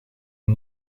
een